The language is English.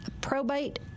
probate